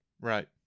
Right